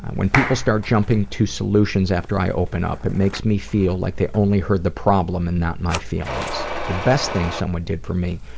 when people start jumping to solutions after i open up, it makes me feel like they only heard the problem and not my feelings. the best thing someone did for me